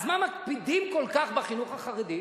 אז מה מקפידים כל כך בחינוך החרדי?